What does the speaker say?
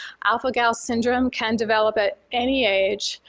alpha-gal syndrome can develop at any age,